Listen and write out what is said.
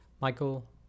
Michael